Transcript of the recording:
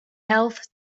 health